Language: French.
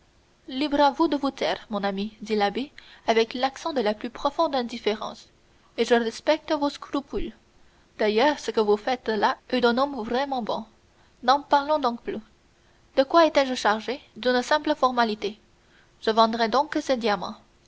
libre à vous de vous taire mon ami dit l'abbé avec l'accent de la plus profonde indifférence et je respecte vos scrupules d'ailleurs ce que vous faites là est d'un homme vraiment bon n'en parlons donc plus de quoi étais-je chargé d'une simple formalité je vendrai donc ce diamant